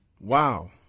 Wow